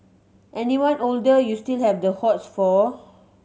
anyone older you still have the hots for